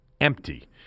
empty